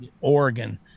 Oregon